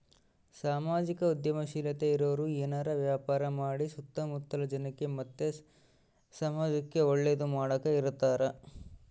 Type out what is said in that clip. ಸಾಮಾಜಿಕ ಉದ್ಯಮಶೀಲತೆ ಇರೋರು ಏನಾರ ವ್ಯಾಪಾರ ಮಾಡಿ ಸುತ್ತ ಮುತ್ತಲ ಜನಕ್ಕ ಮತ್ತೆ ಸಮಾಜುಕ್ಕೆ ಒಳ್ಳೇದು ಮಾಡಕ ಇರತಾರ